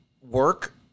work